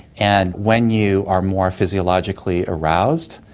and when you are more physiologically aroused,